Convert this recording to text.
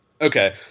Okay